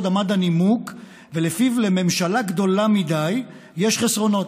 עמד הנימוק שלפיו לממשלה גדולה מדי יש חסרונות,